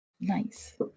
Nice